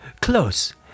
Close